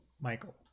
michael